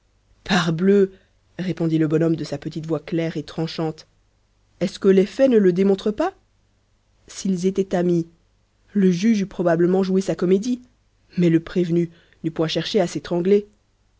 parbleu répondit le bonhomme de sa petite voix claire et tranchante est-ce que les faits ne le démontrent pas s'ils étaient amis le juge eût probablement joué sa comédie mais le prévenu n'eût point cherché à s'étrangler